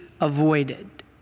avoided